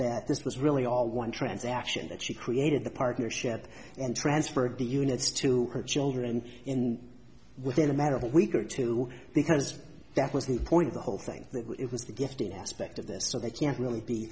that this was really all one transaction that she created the partnership and transferred the units to her children in within a matter of a week or two because that was the point of the whole thing it was the gifting aspect of this so they can't really be